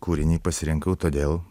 kūrinį pasirinkau todėl